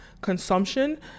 consumption